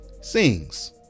Sings